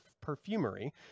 perfumery